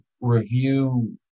review